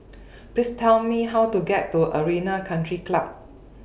Please Tell Me How to get to Arena Country Club